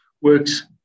works